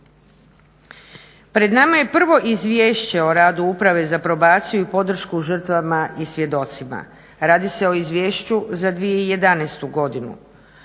Pred nama je prvo izvješće o radu Uprave za probaciju i podrška žrtvama i svjedocima. Radi se o izvješću za 2011. Godinu.